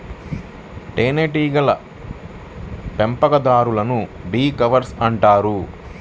తేనెటీగల పెంపకందారులను bee keepers అంటారు